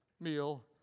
meal